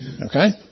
Okay